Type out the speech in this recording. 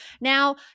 Now